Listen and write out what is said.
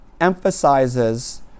emphasizes